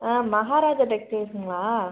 ஆ Maharaja டெக்ரேஷனுங்களா